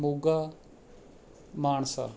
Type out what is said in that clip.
Moga Mansa